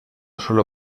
solo